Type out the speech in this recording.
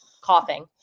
coughing